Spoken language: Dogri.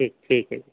ठीक ऐ जी